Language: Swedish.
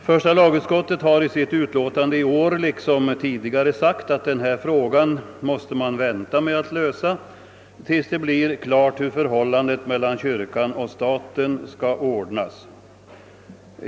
Första lagutskottet har i sitt utlåtande i år — liksom tidigare — anfört att man måste vänta med att lösa denna fråga tills det blir klart hur förhållandet mellan kyrkan och staten skall ordnas.